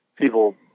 people